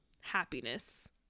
happiness